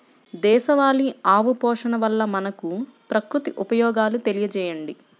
దేశవాళీ ఆవు పోషణ వల్ల మనకు, ప్రకృతికి ఉపయోగాలు తెలియచేయండి?